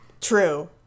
True